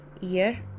Year